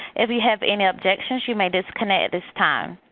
if you have any objections you may disconnect at this time.